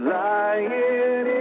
lying